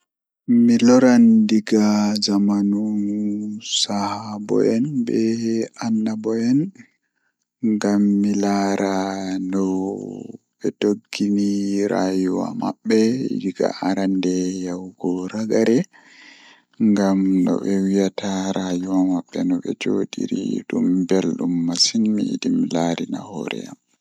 Mi loran diga zamanu annobo en bee sahabo en ngam mi laara, Ngam mi laara nobe doggini rayuwamabbe egaa arande warugo ragare ngam no be wiyata rayuwa mabbe no be joodiri dum beldum masin mi yidi mi laarina hoore am.